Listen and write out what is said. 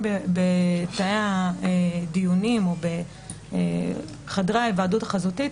בתאי הדיונים או בחדרי ההיוועדות החזותית,